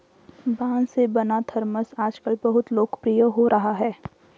बाँस से बना थरमस आजकल बहुत लोकप्रिय हो रहा है